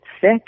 sick